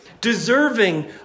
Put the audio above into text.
deserving